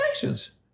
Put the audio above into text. Conversations